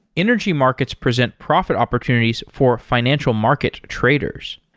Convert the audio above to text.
energy markets present profit opportunities for financial market traders.